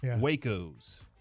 Waco's